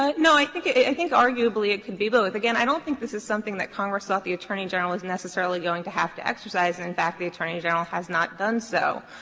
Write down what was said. no, i think it it i think arguably it could be both. again i don't think this is something that congress thought the attorney general was necessarily going to have to exercise, and in fact the attorney general has not done so.